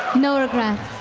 no regrets.